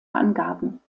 angaben